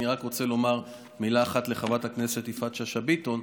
אני רק רוצה לומר מילה אחת לחברת הכנסת יפעת שאשא ביטון,